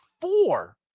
four